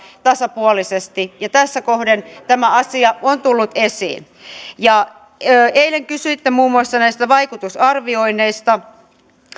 tasapuolisesti tässä kohden tämä asia on tullut esiin eilen kysyitte muun muassa näistä vaikutusarvioinneista